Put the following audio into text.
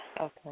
okay